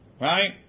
right